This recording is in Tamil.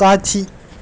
காட்சி